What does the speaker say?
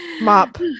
Mop